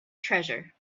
treasure